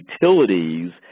utilities